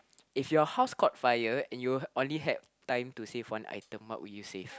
if your house caught fire and you only had time to save one item what would you save